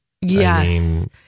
Yes